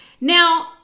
Now